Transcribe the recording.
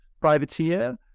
privateer